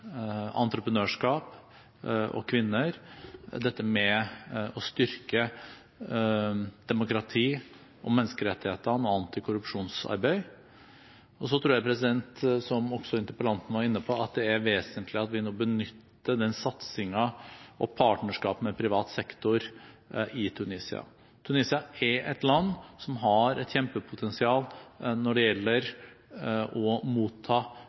entreprenørskap og kvinner, dette med å styrke demokrati, menneskerettigheter og antikorrupsjonsarbeid. Så tror jeg, som også interpellanten var inne på, at det er vesentlig at vi nå benytter den satsingen og partnerskap med privat sektor i Tunisia. Tunisia er et land som har et kjempepotensial når det gjelder å motta